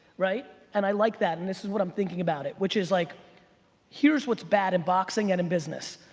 right? and i like that and this is what i'm thinking about it. which is, like here's what's bad in boxing and in business.